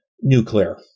nuclear